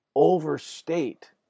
overstate